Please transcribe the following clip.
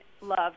love